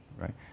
right